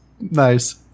Nice